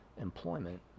employment